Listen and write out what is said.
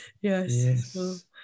Yes